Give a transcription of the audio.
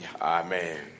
Amen